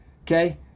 Okay